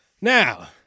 Now